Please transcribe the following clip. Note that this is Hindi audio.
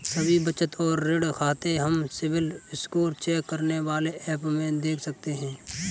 सभी बचत और ऋण खाते हम सिबिल स्कोर चेक करने वाले एप में देख सकते है